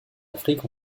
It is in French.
afrique